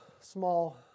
small